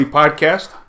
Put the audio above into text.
podcast